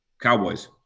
Cowboys